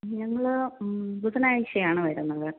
ഞങ്ങൾ ബുധനാഴ്ചയാണ് വരുന്നത്